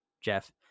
Jeff